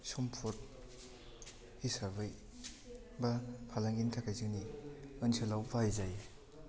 सम्पद हिसाबै बा फालांगिनि थाखाय जोंनि ओनसोलाव बाहाय जायो